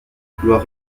couloir